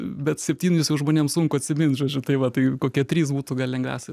bet septynis jau žmonėm sunku atsimint žodžiu tai va tai kokie trys būtų gal lengviausia